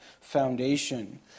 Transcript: foundation